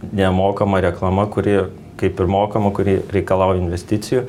nemokama reklama kuri kaip ir mokama kuri reikalauja investicijų